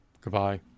Goodbye